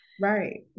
right